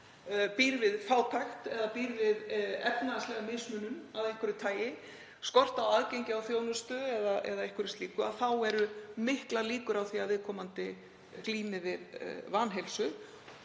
býr við fátækt eða býr við efnahagslegan skort af einhverju tagi, skort á aðgengi á þjónustu eða einhverju slíku, þá eru miklar líkur á því að viðkomandi glími við vanheilsu